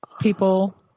people